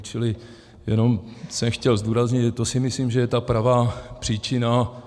Čili jenom jsem chtěl zdůraznit, že to si myslím, že je ta pravá příčina.